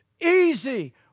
easy